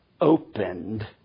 opened